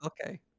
okay